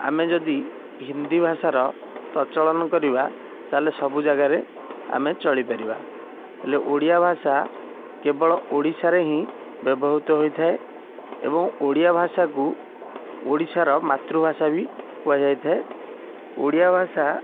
ଆମେ ଯଦି ହିନ୍ଦୀ ଭାଷାର ପ୍ରଚଳନ କରିବା ତା'ହେଲେ ସବୁ ଜାଗାରେ ଆମେ ଚଳିପାରିବା ହେଲେ ଓଡ଼ିଆ ଭାଷା କେବଳ ଓଡ଼ିଶାରେ ହିଁ ବ୍ୟବହୃତ ହୋଇଥାଏ ଏବଂ ଓଡ଼ିଆ ଭାଷାକୁ ଓଡ଼ିଶାର ମାତୃଭାଷା ବି କୁହାଯାଇଥାଏ ଓଡ଼ିଆ ଭାଷା